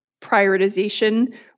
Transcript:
prioritization